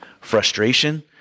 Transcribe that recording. frustration